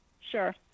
Sure